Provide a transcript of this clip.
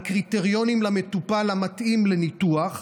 לקריטריונים למטופל המתאים לניתוח,